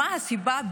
מה הסיבה?